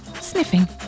sniffing